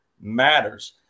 matters